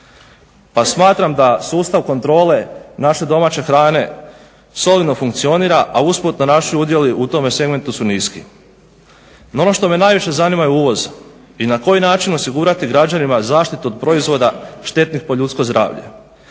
pa smatram da sustav kontrole naše domaće hrane solidno funkcionira, a usput naši udjeli u tome segmentu su niski. No ono što me najviše zanima je uvoz i na koji način osigurati građanima zaštitu od proizvoda štetnih po ljudsko zdravlje.